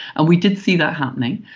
and we did see that happening.